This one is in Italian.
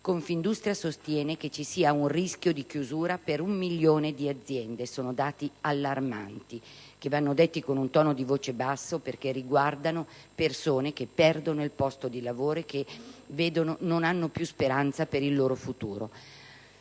Confindustria sostiene che ci sia un rischio di chiusura per un milione di aziende. Si tratta di dati allarmanti, che vanno detti con un tono di voce basso, perché riguardano persone che perdono il posto di lavoro e che non hanno più speranza per il lavoro futuro.